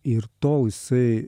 ir tol jisai